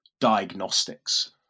diagnostics